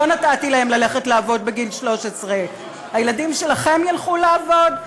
לא נתתי להם ללכת לעבוד בגיל 13. הילדים שלכם ילכו לעבוד?